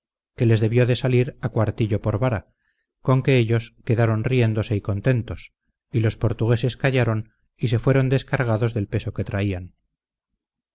que les debió de salir a cuartillo por vara con que ellos quedaron riéndose y contentos y los portugueses callaron y se fueron descargados del peso que traían